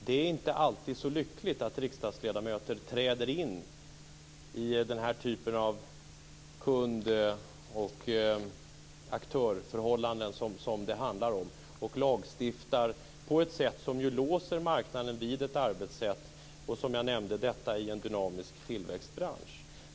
Det är inte alltid så lyckligt att riksdagsledamöter träder in i den typ av kund-aktörförhållanden som det handlar om och lagstiftar på ett sätt som låser marknaden vid ett arbetssätt - detta i en dynamisk tillväxtbransch, som jag nämnde.